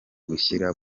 gushyira